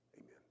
amen